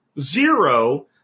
zero